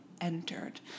entered